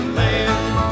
land